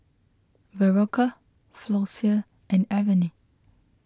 Berocca Floxia and Avene